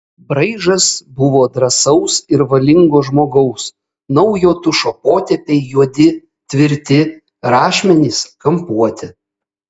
braižas buvo drąsaus ir valingo žmogaus naujo tušo potėpiai juodi tvirti rašmenys kampuoti